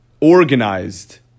organized